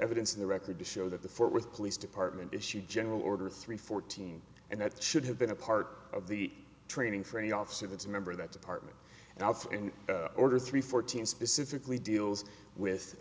evidence in the record to show that the fort worth police department issued general order three fourteen and that should have been a part of the training for any officer that's a member of that department and outs and order three fourteen specifically deals with